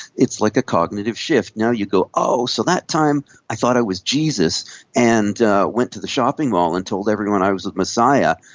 it's like a cognitive shift, and now you go, oh, so that time i thought i was jesus and went to the shopping mall and told everyone i was the messiah,